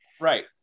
Right